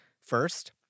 First